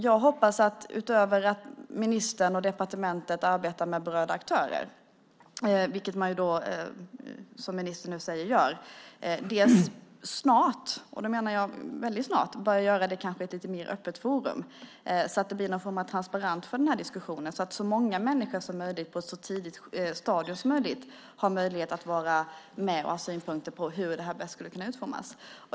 Jag hoppas att ministern och departementet utöver att arbeta med berörda aktörer, vilket man som ministern nu säger gör, snart, och då menar jag väldigt snart, börjar göra det i ett lite mer öppet forum, så att det blir någon form av transparens i diskussionen, så att så många människor som möjligt på ett så tidigt stadium som möjligt har möjlighet att vara med och ha synpunkter på hur det här bäst skulle kunna utformas.